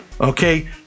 okay